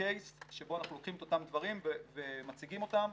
קייס שבו אנחנו לוקחים את אותם דברים ומציגים אותם.